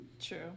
True